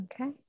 okay